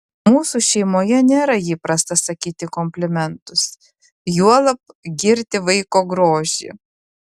mūsų šeimoje nėra įprasta sakyti komplimentus juolab girti vaiko grožį